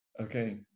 Okay